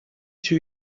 two